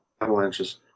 avalanches